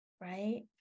Right